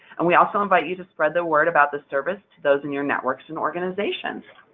and we also invite you to spread the word about this service, to those in your networks and organizations.